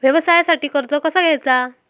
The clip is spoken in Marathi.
व्यवसायासाठी कर्ज कसा घ्यायचा?